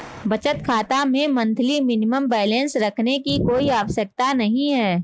बचत खाता में मंथली मिनिमम बैलेंस रखने की कोई आवश्यकता नहीं है